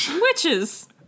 Witches